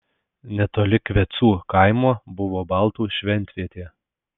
netoli kvecų kaimo buvo baltų šventvietė